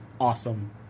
awesome